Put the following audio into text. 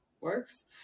works